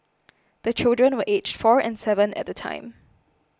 the children were aged four and seven at the time